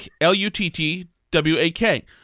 L-U-T-T-W-A-K